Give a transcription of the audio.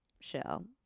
show